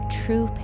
true